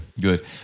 Good